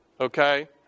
okay